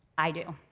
i do.